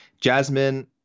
Jasmine